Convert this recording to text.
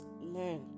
learn